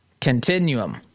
continuum